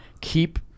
keep